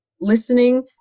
listening